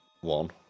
one